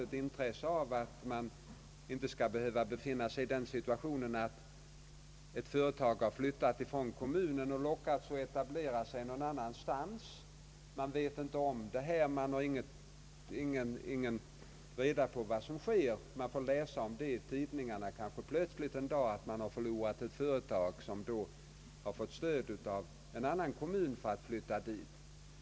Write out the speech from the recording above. Det har t.ex. från kommunalt håll uttalats intresse för att söka undvika den situationen, att ett företag lockas att flytta från kommunen för att etablera sig någon annanstans. Man vet nu ingenting om när sådant sker. Man får kanske plötsligt en dag läsa i tidningarna om att kommunen förlorat ett företag därför att det fått stöd från en annan kommuns sida för att flytta dit.